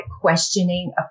questioning